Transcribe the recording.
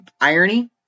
Irony